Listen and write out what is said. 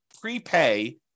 prepay